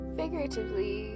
figuratively